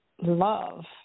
love